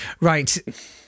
Right